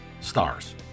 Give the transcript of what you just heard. Stars